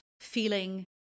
feeling